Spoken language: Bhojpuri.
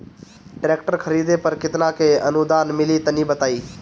ट्रैक्टर खरीदे पर कितना के अनुदान मिली तनि बताई?